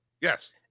Yes